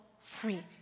free